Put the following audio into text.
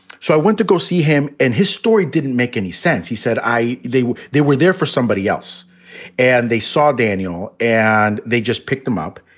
so i went to go see him and his story didn't make any sense. he said i they they were there for somebody else and they saw daniel and they just picked them up.